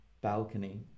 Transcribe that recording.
balcony